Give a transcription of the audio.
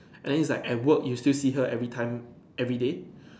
and then it's like at work you still see her every time everyday